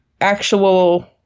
actual